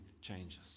changes